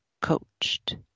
coached